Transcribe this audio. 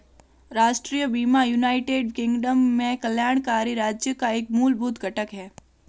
राष्ट्रीय बीमा United Kingdom में कल्याणकारी राज्य का एक मूलभूत घटक है